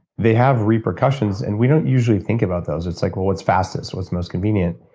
they have repercussions and we don't usually think about those. it's like, well what's fastest? what's most convenient?